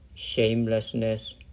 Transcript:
shamelessness